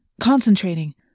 Concentrating